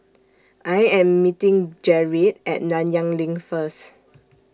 I Am meeting Gerrit At Nanyang LINK First